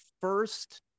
first